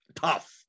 Tough